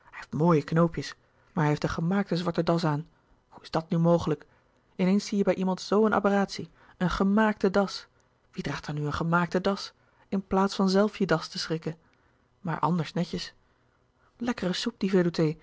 mooie knoopjes maar hij heeft een gemaakte zwarte das aan hoe is dat nu mogelijk in eens zie je bij iemand zoo een aberratie een gemaakte das wie draagt er nu een gemaakte das in plaats van zelf je das je strikken maar anders netjes lekkere soep die